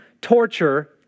torture